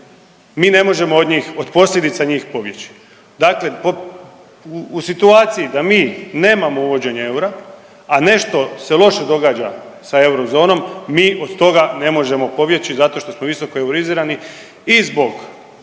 mi ne možemo od njih, od posljedica njih pobjeći. Dakle u situaciji da mi nemamo uvođenje eura, a nešto se loše događa sa eurozonom mi od toga ne možemo pobjeći zato što smo visoko eurizirani i zbog